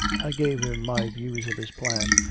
i gave him my views of his plan,